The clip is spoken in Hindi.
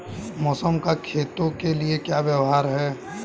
मौसम का खेतों के लिये क्या व्यवहार है?